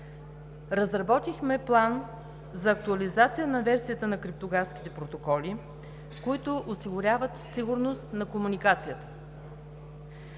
Разработихме план за актуализация на версията на криптографските протоколи, които осигуряват сигурност на комуникацията.